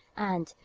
and,